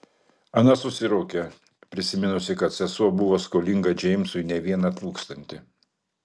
ana susiraukė prisiminusi kad sesuo buvo skolinga džeimsui ne vieną tūkstantį